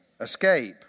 Escape